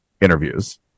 interviews